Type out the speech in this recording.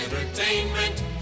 entertainment